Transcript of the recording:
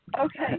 okay